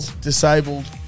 disabled